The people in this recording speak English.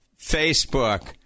Facebook